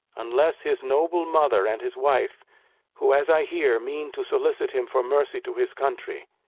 unless his noble mother and his wife who, as i hear, mean to solicit him for mercy to his country.